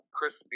Chris